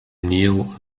kneel